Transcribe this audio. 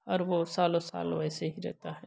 और वह सालों साल वैसे ही रहता है